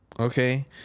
Okay